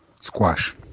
squash